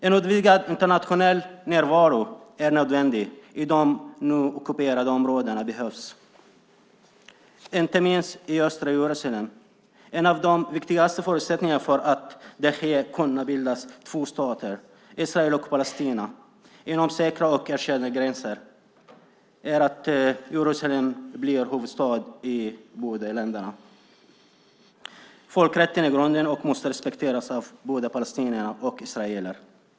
En utvidgad internationell närvaro är nödvändig i de nu ockuperade områdena, och inte minst i östra Jerusalem. En av de viktigaste förutsättningarna för att det ska kunna bildas två stater, Israel och Palestina, inom säkra och erkända gränser är att Jerusalem blir huvudstad i båda länderna. Folkrätten är grunden och måste respekteras av både palestinier och israeler.